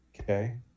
Okay